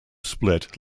split